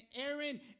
Aaron